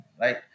Right